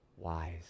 wise